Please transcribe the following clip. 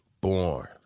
born